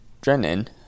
drennan